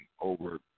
over